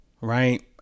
right